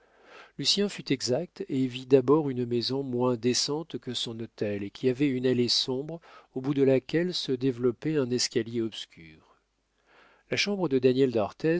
lucien fut exact et vit d'abord une maison moins décente que son hôtel et qui avait une allée sombre au bout de laquelle se développait un escalier obscur la chambre de daniel